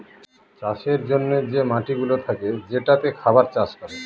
চাষের জন্যে যে মাটিগুলা থাকে যেটাতে খাবার চাষ করে